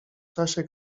czasie